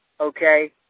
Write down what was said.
okay